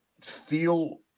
feel